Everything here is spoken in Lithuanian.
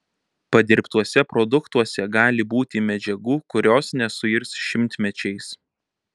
padirbtuose produktuose gali būti medžiagų kurios nesuirs šimtmečiais